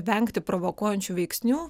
vengti provokuojančių veiksnių